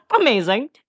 Amazing